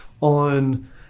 on